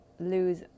lose